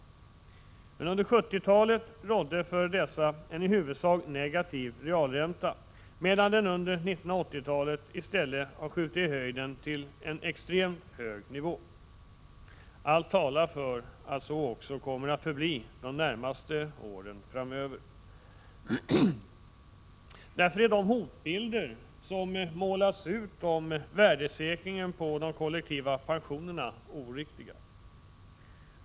Under 1970-talet rådde för dessa en i huvudsak negativ realränta, medan räntan under 1980-talet i stället har skjutit i höjden till en extremt hög nivå. Allt talar också för att det så kommer att förbli under de närmaste åren. Därför är de hotbilder som målats upp om värdesäkringen av de kollektiva pensionerna oriktiga.